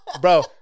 Bro